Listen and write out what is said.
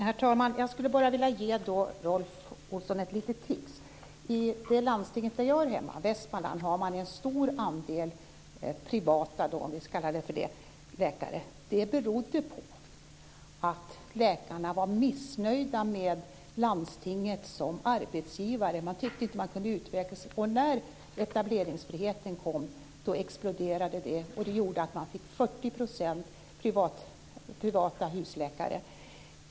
Herr talman! Jag skulle då bara vilja ge Rolf Olsson ett litet tips. I det landsting där jag hör hemma, Västmanland, har man en stor andel privata - om vi ska kalla det så - läkare. Det berodde på att läkarna var missnöjda med landstinget som arbetsgivare. Man tyckte inte att man kunde utvecklas. Och när etableringsfriheten kom exploderade det, vilket gjorde att man fick 40 % privata husläkare.